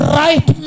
right